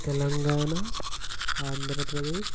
Telangana Andhra Pradesh